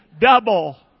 double